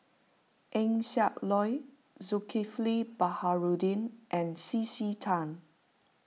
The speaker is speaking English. Eng Siak Loy Zulkifli Baharudin and C C Tan